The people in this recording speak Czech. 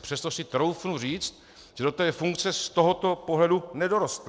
Přesto si troufnu říct, že do té funkce z tohoto pohledu nedorostl.